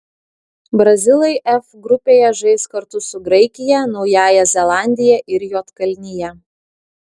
brazilai f grupėje žais kartu su graikija naująja zelandija ir juodkalnija